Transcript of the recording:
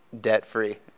debt-free